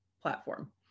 platform